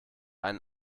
einen